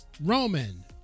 Roman